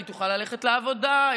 היא תוכל ללכת לעבודה,